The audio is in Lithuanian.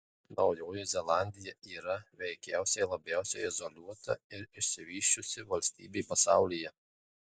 naujoji zelandija yra veikiausiai labiausiai izoliuota ir išsivysčiusi valstybė pasaulyje